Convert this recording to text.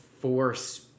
force